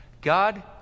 God